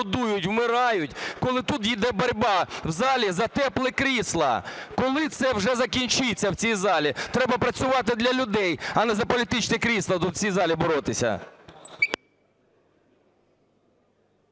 холодують, вмирають, коли тут йде боротьба в залі за теплі крісла? Коли це вже закінчиться в цій залі? Треба працювати для людей, а не за політичне крісло тут в цій залі боротися.